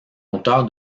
auteur